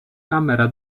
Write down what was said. camera